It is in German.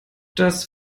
das